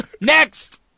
Next